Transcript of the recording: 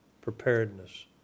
preparedness